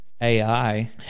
AI